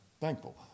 thankful